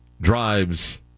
drives